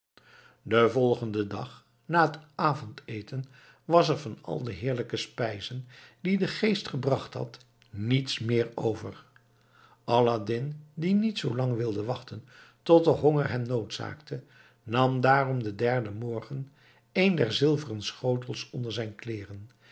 den volgenden dag na t avondeten was er van al de heerlijke spijzen die de geest gebracht had niets meer over aladdin die niet zoo lang wilde wachten tot de honger hem noodzaakte nam daarom den derden morgen een der zilveren schotels onder zijn kleeren